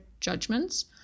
judgments